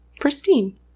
pristine